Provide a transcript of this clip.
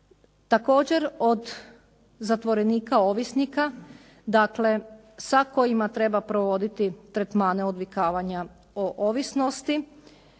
Također, od zatvorenika ovisnika, dakle sa kojima treba provoditi tretmane odvikavanja o ovisnosti